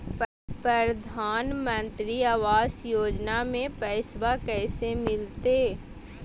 प्रधानमंत्री आवास योजना में पैसबा कैसे मिलते?